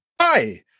Hi